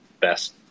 best